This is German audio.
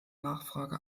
nachfrage